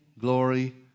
glory